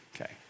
Okay